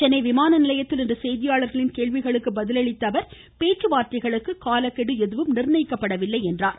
சென்னை விமான நிலையத்தில் இன்று செய்தியாளர்களின் கேள்விகளுக்கு பதில் அளித்த அவர் பேச்சுவார்த்தைகளுக்கு காலக்கெடு எதுவும் நிர்ணயிக்கப்படவில்லை என்றார்